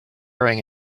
staring